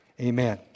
Amen